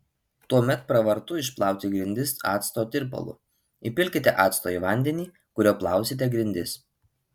tuomet pravartu išplauti grindis acto tirpalu įpilkite acto į vandenį kuriuo plausite grindis